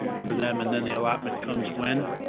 for them, and then the allotment comes when?